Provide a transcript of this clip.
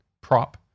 prop